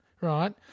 right